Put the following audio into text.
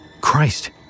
Christ